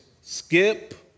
skip